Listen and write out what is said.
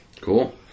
Cool